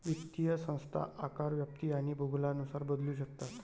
वित्तीय संस्था आकार, व्याप्ती आणि भूगोलानुसार बदलू शकतात